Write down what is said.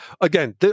again